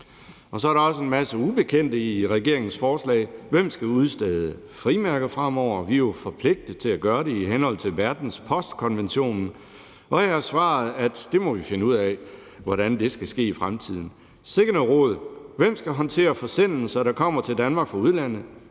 Så er der også en masse ubekendte i regeringens forslag. Hvem skal udstede frimærker fremover? Vi er jo forpligtet til at gøre det i henhold til verdens postkonvention. Og her er svaret, at det må vi finde ud af hvordan skal ske i fremtiden. Sikke noget rod. Hvem skal håndtere forsendelser, der kommer til Danmark fra udlandet?